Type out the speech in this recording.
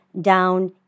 down